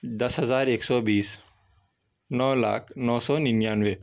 دس ہزار ایک سو بیس نو لاکھ نو سو ننانوے